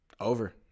Over